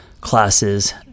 classes